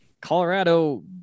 Colorado